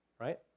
right